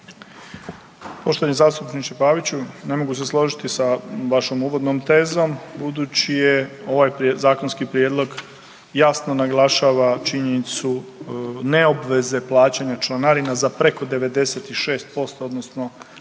Poštovani zastupniče Paviću ne mogu se složiti sa vašom uvodnom tezom budući je ovaj zakonski prijedlog jasno naglašava činjenicu ne obveze plaćanja članarina za preko 96% odnosno